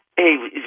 Hey